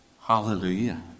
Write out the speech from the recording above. Hallelujah